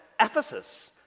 Ephesus